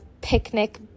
picnic